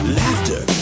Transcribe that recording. laughter